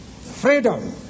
Freedom